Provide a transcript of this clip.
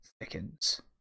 thickens